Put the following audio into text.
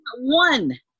one